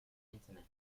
internet